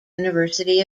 university